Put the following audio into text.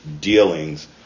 dealings